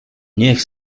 niech